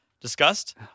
discussed